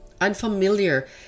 unfamiliar